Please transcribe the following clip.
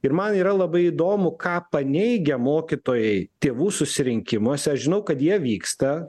ir man yra labai įdomu ką paneigia mokytojai tėvų susirinkimuose aš žinau kad jie vyksta